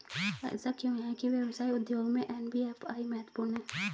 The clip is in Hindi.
ऐसा क्यों है कि व्यवसाय उद्योग में एन.बी.एफ.आई महत्वपूर्ण है?